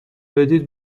بدید